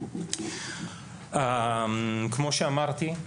כמו שאמרתי,